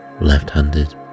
left-handed